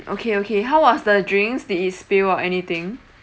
okay okay how was the drinks did it spill or anything